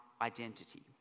identity